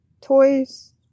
Toys